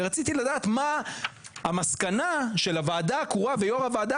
ורציתי לדעת מה המסקנה של הוועדה הקרואה ויו"ר הוועדה